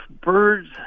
birds